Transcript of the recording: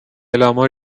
lama